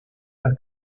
las